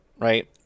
right